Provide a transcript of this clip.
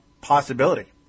possibility